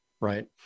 right